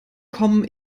kommen